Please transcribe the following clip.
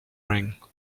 rang